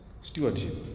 stewardship